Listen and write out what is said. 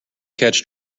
catch